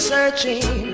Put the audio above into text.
searching